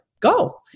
go